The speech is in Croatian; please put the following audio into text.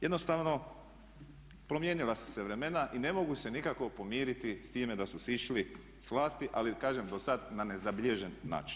Jednostavno promijenila su se vremena i ne mogu se nikako pomiriti s time da su sišli s vlasti, ali kažem dosad na nezabilježen način.